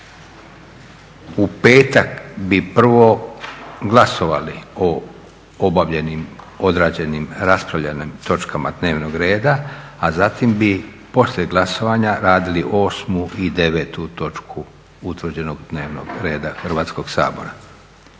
U petak bi prvo glasovali o obavljenim, odrađenim, raspravljenim točkama dnevnog reda, a zatim bi poslije glasovanja radili 8. i 9. točku dnevnog reda Hrvatskog sabora.